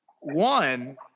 One